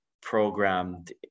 programmed